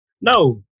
no